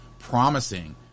promising